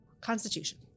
Constitution